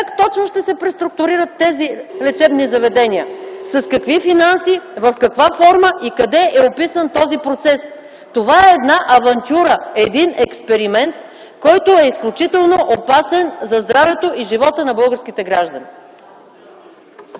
дава сигнал, че времето е изтекло), с какви финанси, в каква форма и къде е описан този процес? Това е една авантюра, един експеримент, който е изключително опасен за здравето и живота на българските граждани.